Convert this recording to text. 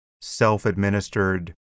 self-administered